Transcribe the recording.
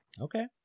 Okay